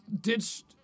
ditched